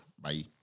Bye